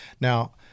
Now